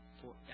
forever